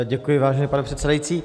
Děkuji, vážený pane předsedající.